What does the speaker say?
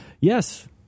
Yes